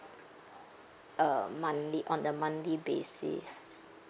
uh monthly on a monthly basis